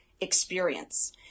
experience